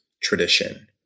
tradition